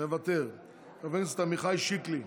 מוותר, חבר הכנסת עמיחי שיקלי,